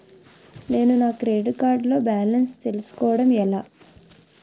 నేను నా credit card లో బాలన్స్ తెలుసుకోవడం ఎలా?